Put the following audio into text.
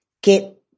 que